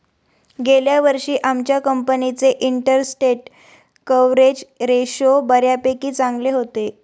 गेल्या वर्षी आमच्या कंपनीचे इंटरस्टेट कव्हरेज रेशो बऱ्यापैकी चांगले होते